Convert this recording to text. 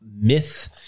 myth